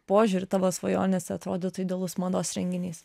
požiūriu tavo svajonės atrodytų idealus mados renginys